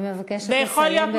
אני מבקשת לסיים.